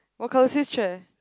what colour his chair